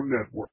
Network